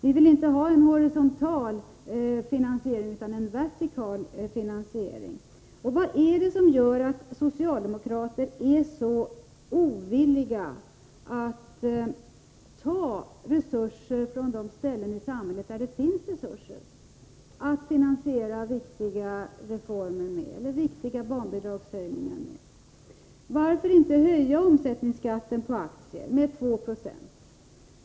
Vi vill inte ha en horisontell finansiering utan en vertikal. Varför är socialdemokraterna så ovilliga att från de ställen i samhället där resurser finns ta resurser för finansieringen av viktiga barnbidragshöjningar? Varför inte höja omsättningsskatten på aktier med 2 26?